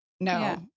No